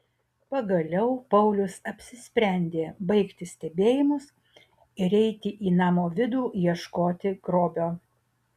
pagaliau paulius apsisprendė baigti stebėjimus ir eiti į namo vidų ieškoti grobio